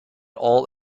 all